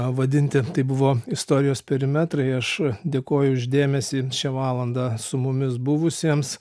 vadinti tai buvo istorijos perimetrai aš dėkoju už dėmesį šią valandą su mumis buvusiems